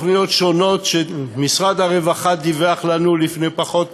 תוכניות שונות שמשרד הרווחה דיווח לנו לפני פחות משבוע,